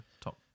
top